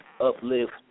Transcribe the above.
uplift